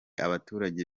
abaturage